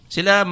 Sila